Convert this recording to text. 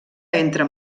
entre